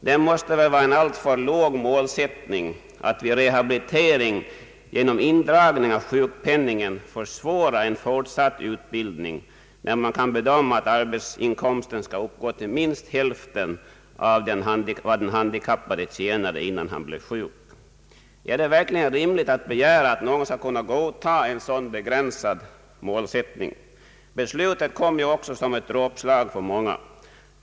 Det måste väl vara en alltför låg målsättning vid rehabilitering att genom indragning av sjukpenningen försvåra en fortsatt utbildning när man kan bedöma att arbetsinkomsten skall uppgå till minst hälften av vad den handikappade tjänade innan han blev sjuk. Är det verkligen rimligt att begära att någon skall kunna godta en sådan begränsad målsättning? Beslutet kom ju också som ett dråpslag för många.